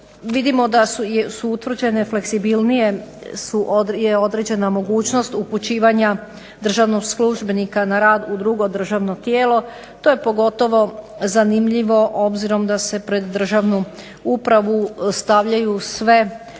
Vidimo da su utvrđene fleksibilnije je određena mogućnost upućivanja državnog službenika na rad u drugo državno tijelo. To je pogotovo zanimljivo obzirom da se pred državnu upravu stavljaju sve